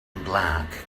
black